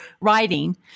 writing